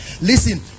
Listen